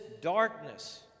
darkness